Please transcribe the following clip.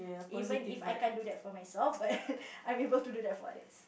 even if I can't do that for myself but I am able to do that for others